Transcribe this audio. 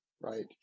right